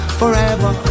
forever